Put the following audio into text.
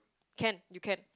can you can